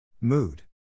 Mood